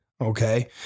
Okay